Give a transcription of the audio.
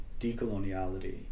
decoloniality